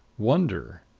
wonder.